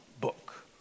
book